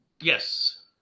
Yes